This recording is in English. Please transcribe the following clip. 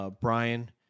Brian